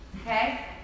okay